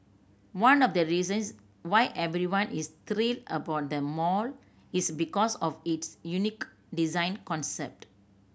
one of the reasons why everyone is thrilled about the mall is because of its unique design concept